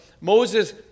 Moses